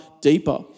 deeper